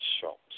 shops